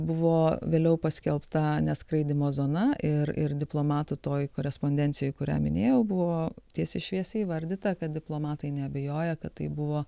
buvo vėliau paskelbta neskraidymo zona ir ir diplomatų toji korespondencijoj kurią minėjau buvo tiesiai šviesiai įvardyta kad diplomatai neabejoja kad tai buvo